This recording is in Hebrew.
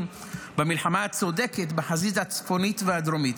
במלחמה הצודקת בחזית הצפונית והדרומית.